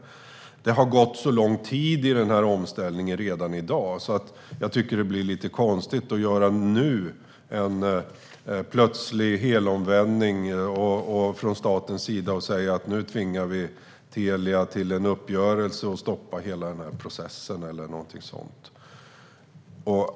Det har redan i dag gått så lång tid i den här omställningen att jag tycker att det skulle bli lite konstigt att nu göra en plötslig helomvändning från statens sida och säga att vi ska tvinga Telia till en uppgörelse om att stoppa hela processen eller någonting sådant.